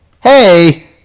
Hey